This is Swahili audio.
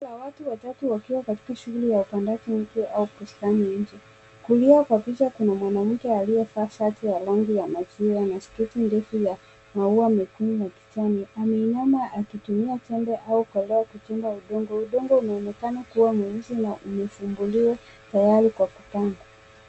Kundi la watu watatu wakiwa katika shughuli ya upandaji mti au kustani mti. Kulia kwa picha kuna mwanamke aliyevaa shati ya rangi ya maziwa na sketi ndefu ya maua mekundu na kijani. Ameinama akitumia jembe au koloo kuchimba udongo. Udongo unaonekana kuwa mweusi na umechimbuliwa tayari kwa kupandwa.